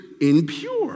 impure